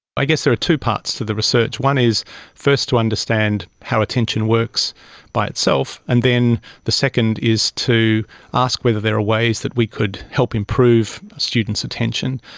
i guess there are two parts to the research. one is first to understand how attention works by itself, and then the second is to ask whether there are ways that we could help improve students' attention.